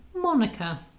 Monica